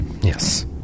Yes